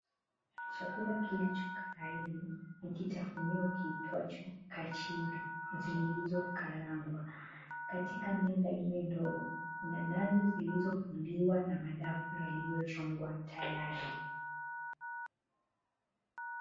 Chakula kilichokaidi ni kitafunio kiitwacho kachili zilizokarangwa. Katika meza ile ndogo kuna nazi zilizofuliwa na madafu yalivyochongwa tayari.